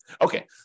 Okay